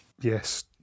Yes